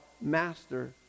master